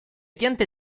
piante